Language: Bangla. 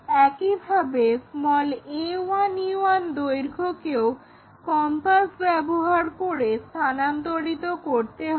একইভাবে a1e1 দৈর্ঘ্যকেও কম্পাস ব্যবহার করে স্থানান্তরিত করতে হবে